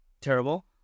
Terrible